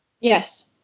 Yes